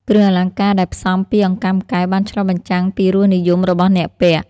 គ្រឿងអលង្ការដែលផ្សំពីអង្កាំកែវបានឆ្លុះបញ្ចាំងពីរសនិយមរបស់អ្នកពាក់។